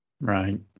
right